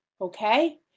okay